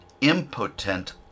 impotent